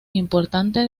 importante